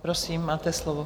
Prosím, máte slovo.